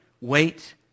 wait